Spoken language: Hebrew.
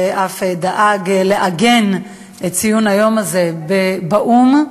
שאף דאג לעגן את ציון היום הזה באו"ם,